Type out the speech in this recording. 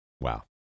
Wow